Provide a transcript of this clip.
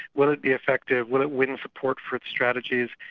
will it be effective? will it win support for its strategies?